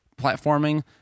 platforming